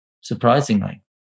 surprisingly